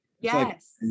yes